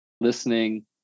listening